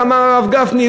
איך אמר הרב גפני,